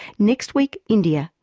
next week india,